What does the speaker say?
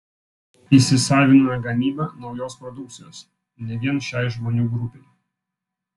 įsisaviname gamybą naujos produkcijos ne vien šiai žmonių grupei